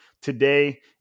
today